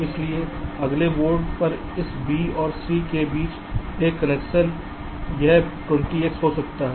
इसी प्रकार अगले बोर्ड पर इस B और C के बीच एक कनेक्शन यह 20X हो सकता है